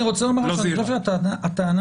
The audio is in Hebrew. הטענה